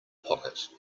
pocket